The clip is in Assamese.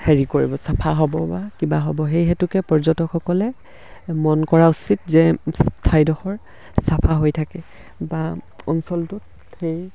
হেৰি কৰিব চাফা হ'ব বা কিবা হ'ব সেই হেতুকে পৰ্যটকসকলে মন কৰা উচিত যে ঠাইডোখৰ চাফা হৈ থাকে বা অঞ্চলটোত সেই